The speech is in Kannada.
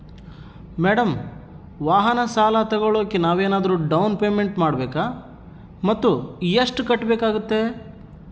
ಮೇಡಂ ವಾಹನ ಸಾಲ ತೋಗೊಳೋಕೆ ನಾವೇನಾದರೂ ಡೌನ್ ಪೇಮೆಂಟ್ ಮಾಡಬೇಕಾ ಮತ್ತು ಎಷ್ಟು ಕಟ್ಬೇಕಾಗ್ತೈತೆ?